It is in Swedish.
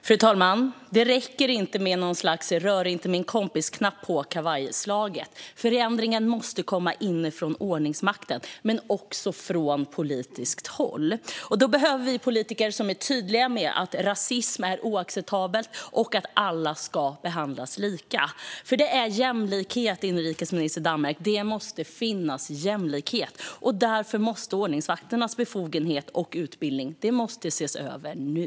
Fru talman! Det räcker inte med en knapp på kavajslaget där det står: Rör inte min kompis. Förändringen måste komma inifrån ordningsmakten men också från politiskt håll. Då behöver vi politiker som är tydliga med att rasism är oacceptabelt och att alla ska behandlas lika. Det är jämlikhet, inrikesminister Damberg. Det måste finnas jämlikhet, och därför måste ordningsvakternas befogenheter och utbildning ses över nu .